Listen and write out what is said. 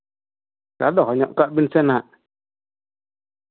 ᱚᱱᱟ ᱫᱚ ᱫᱚᱦᱚᱧᱚᱜ ᱠᱟᱜ ᱵᱮᱱ ᱥᱮ ᱦᱟᱜ